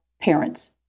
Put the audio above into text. parents